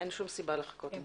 אין שום סיבה לחכות עם זה.